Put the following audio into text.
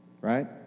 Right